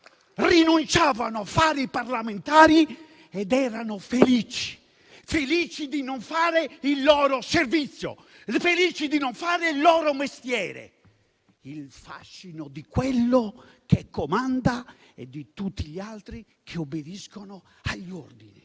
Rinunciavano a fare i parlamentari ed erano felici, felici di non fare il loro servizio, felici di non fare il loro mestiere! Il fascino di quello che comanda e di tutti gli altri che obbediscono agli ordini: